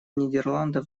нидерландов